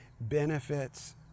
benefits